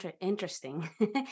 interesting